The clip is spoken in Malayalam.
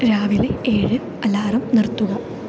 രാവിലെ ഏഴ് അലാറം നിർത്തുക